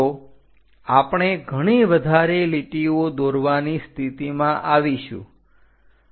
તો આપણે ઘણી વધારે લીટીઓ દોરવાની સ્થિતિમાં આવીશું